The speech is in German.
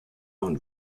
und